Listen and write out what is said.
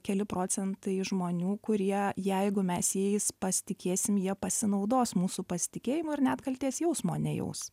keli procentai žmonių kurie jeigu mes jais pasitikėsim jie pasinaudos mūsų pasitikėjimu ir net kaltės jausmo nejaus